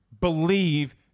believe